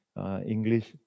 English